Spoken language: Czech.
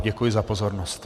Děkuji za pozornost.